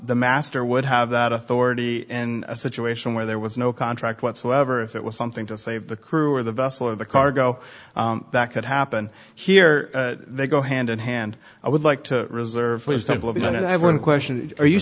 the master would have that authority in a situation where there was no contract whatsoever if it was something to save the crew or the vessel or the cargo that could happen here they go hand in hand i would like to reserve and i have one question are you